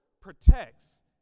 protects